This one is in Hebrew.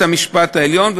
בית-המשפט העליון,